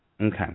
Okay